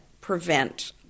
prevent